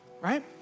Right